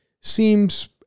seems